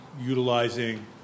utilizing